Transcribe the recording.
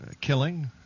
killing